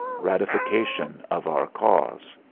ratification of our cause.